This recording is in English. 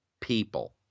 people